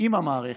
עם המערכת,